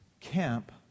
camp